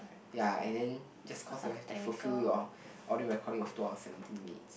ya and then just cause you all have to fulfill your audio recording of two hour seventeen minutes